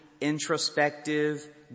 introspective